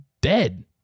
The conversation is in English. dead